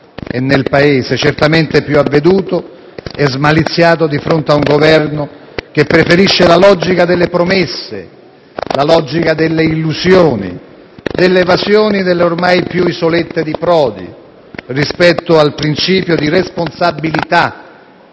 e nel Paese, certamente più avveduto e smaliziato di fronte a un Governo che preferisce la logica delle promesse, delle illusioni, delle evasioni nelle ormai tante isolette di Prodi rispetto al principio di responsabilità